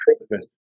Christmas